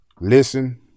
Listen